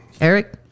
eric